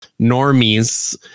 normies